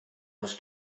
was